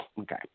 Okay